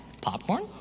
Popcorn